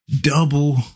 double